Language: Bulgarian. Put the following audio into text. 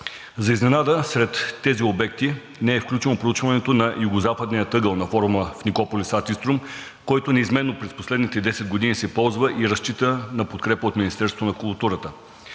За изненада сред тези обекти не е включено проучването на югозападния ъгъл на форума в Никополис ад Иструм, който неизменно през последните 10 години се ползва и разчита на подкрепа от Министерството на културата.